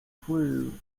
clue